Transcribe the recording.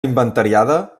inventariada